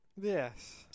Yes